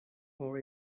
for